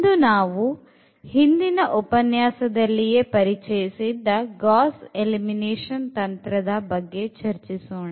ಇಂದು ನಾವು ಹಿಂದಿನ ಉಪನ್ಯಾಸದಲ್ಲಿಯೇ ಪರಿಚಯಸಿದ್ದ ಗಾಸ್ ಎಲಿಮಿನೇಷನ್ ತಂತ್ರದ ಬಗ್ಗೆ ಚರ್ಚಿಸೋಣ